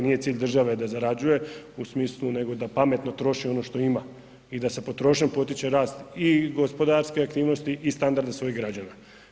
Nije cilj države da zarađuje nego da pametno troši ono što ima i da se potrošnjom potiče rast i gospodarske aktivnosti i standarde svojih građana.